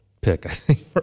pick